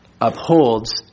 upholds